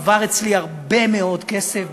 עבר אצלי הרבה מאוד כסף,